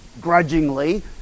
grudgingly